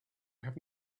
have